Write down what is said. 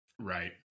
right